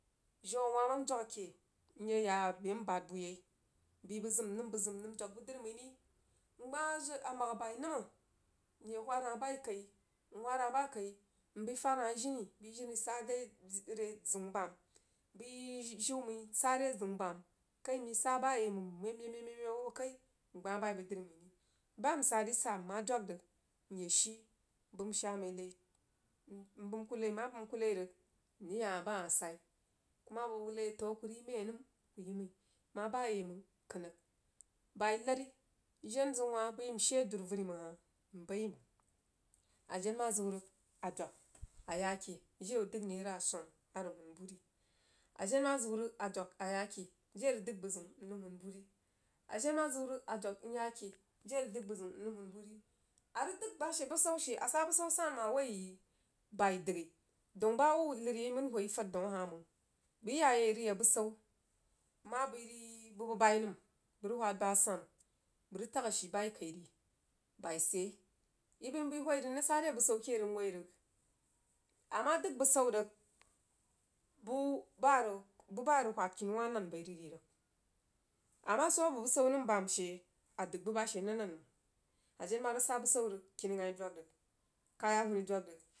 Jiu a wurumah ndwag ake nye yag abo bəa nbaad buh yai bəi bəg zəm nəm bəg zəm nəm ndwaj bəg dri mai ri gbah amghah bai nəmrnah nghah hah bai kai, nlaad hah bəi kai nbəi fad hah jini bəg jini sahdai sid dri re zəun bam bəi jiu mai sah rezəun bam ka’ mai sah bayaimang nmeb meb meb hoo kai ngbah bai bəg drí məi ri bah ah msah dri sah nmah dwag rig nshii bəm sha mai nai nbəm kuh ki nmah bəm kuh ki rig mrig yah hah bah hah sai kuh mah bəg lai’akan a kuh rig yi mai nəm kuh yi mau mah bayai mang kən rig bai lari njen zəu hah bəi mshii a duru vəri amang hah mbai ri mang a jen mahziu rig a dwag a yag keh jire wuh dəg naira swana a ry huun buh ri a jen mah ziu rig a dwag yah keh jire a rig dəg muh huun buh ri a rig dəg bah she busau she asah busau sannu mang awoi yi bai dəghi daun bah hubba lər yi mang whoi far a she mang bəg iyaye yi rig yəa busau bəg mah bəí wuí bubəj bai nəm bəg rig whad bəg a sannu bəg rig tag ashii bai kai re? Bai sid yai yi bəi whoi rig mrig sah deh busau keh rig nwoi rig amah dəg busau rig buh bah a rig bubal ah rig whad kini wah nanbai rig ri amah soh a bəg busau nəm bann she a dəg bubah she nan nan mang ajen mah rig sah busau rig kini gha, dog kaya huuni dwag rig